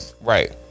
right